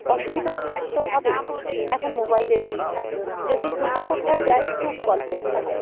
অসুবিধা তো হবে এখন মোবাইলের যুগ যদি দুপা কোথাও যায় তো কল করতে হয়